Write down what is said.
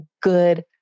good